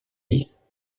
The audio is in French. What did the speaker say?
dix